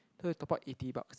so you top up eighty bucks